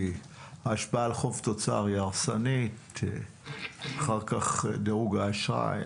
ההשפעה על חוב-תוצר היא הרסנית ואחר כך דירוג האשראי,